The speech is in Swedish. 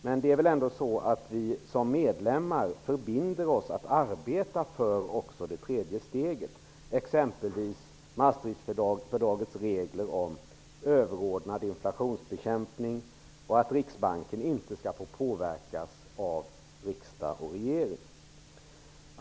Men det är väl ändå så att vi som medlemmar förbinder oss att arbeta för också det tredje steget, med exempelvis Maastrichtfördragets regler om överordnad inflationsbekämpning och förslaget att Riksbanken inte skall få påverkas av riksdag och regering.